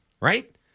right